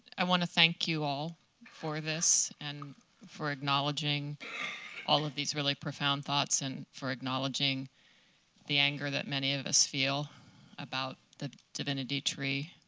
i want to thank you all for this, and for acknowledging all of these really profound thoughts, and for acknowledging the anger that many of us feel about the divinity tree.